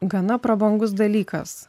gana prabangus dalykas